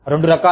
రెండు రకాలు